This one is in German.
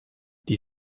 die